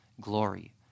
glory